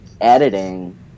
editing